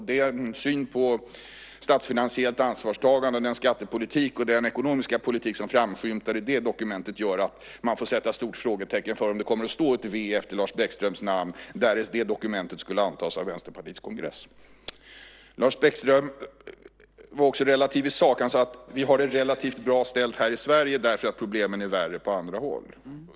Den syn på statsfinansiellt ansvartagande, skattepolitik och ekonomisk politik som framskymtar i det dokumentet gör att man får sätta stort frågetecken för om det kommer att stå ett v efter Lars Bäckströms namn därest det dokumentet skulle antas av Vänsterpartiets kongress. Lars Bäckström var också relativ i sak. Han sade: Vi har det relativt bra här i Sverige, och problemen är värre på andra håll.